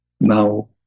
now